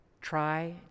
try